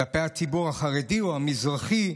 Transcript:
כלפי הציבור החרדי או המזרחי,